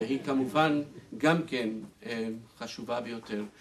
‫והיא כמובן גם כן חשובה ביותר.